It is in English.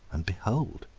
and, behold,